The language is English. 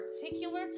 particular